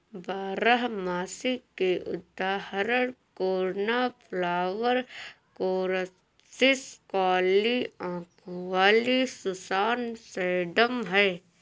बारहमासी के उदाहरण कोर्नफ्लॉवर, कोरॉप्सिस, काली आंखों वाली सुसान, सेडम हैं